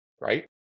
Right